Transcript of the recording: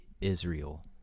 Israel